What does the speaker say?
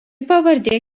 pavardė